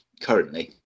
currently